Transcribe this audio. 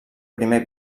primer